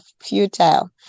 futile